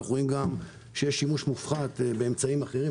אנחנו רואים גם שיש שימוש מופחת באמצעים אחרים,